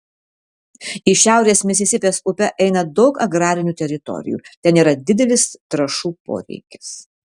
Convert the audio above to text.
į šiaurę misisipės upe eina daug agrarinių teritorijų ten yra didelis trąšų poreikis